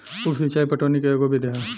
उप सिचाई पटवनी के एगो विधि ह